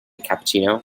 cappuccino